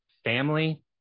Family